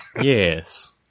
Yes